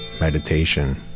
meditation